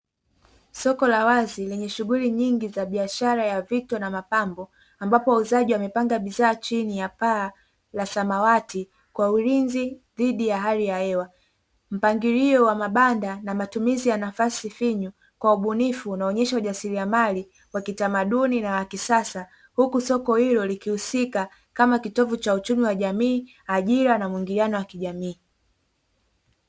Soko la wazi lenye shughuli nyingi za biashara ya vitu na mapambo, ambapo wauzaji wamepanda bidhaa chini ya paa ya sanawati Kwa ulinzi dhidi ya hali ya hewa. Mpangilio wa mabanda na matumizi ya nafasi finyu kwa ubunifu unaonyesha ujasiriamali wa utamaduni na wakisasa. Huku soko Hilo likihusika kama kitovu cha uchumi wa jamii na mwingiliano wa kijamii.